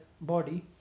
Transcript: body